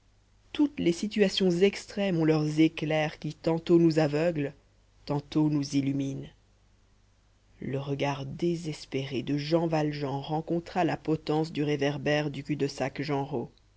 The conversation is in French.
toutes les situations extrêmes ont leurs éclairs qui tantôt nous aveuglent tantôt nous illuminent le regard désespéré de jean valjean rencontra la potence du réverbère du cul-de-sac genrot à